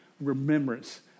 remembrance